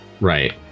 right